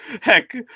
heck